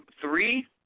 three